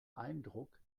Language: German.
eindruck